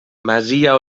masia